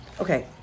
okay